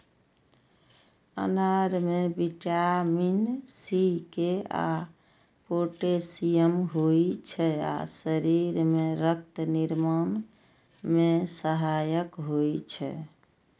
अनार मे vitamin C, K आ पोटेशियम होइ छै आ शरीर मे रक्त निर्माण मे सहायक होइ छै